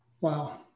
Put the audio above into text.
Wow